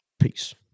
Peace